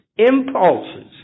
impulses